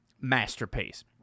masterpiece